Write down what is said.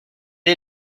est